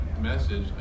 message